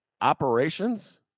operations